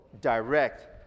direct